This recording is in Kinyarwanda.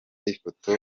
ifoto